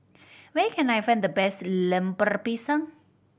where can I find the best Lemper Pisang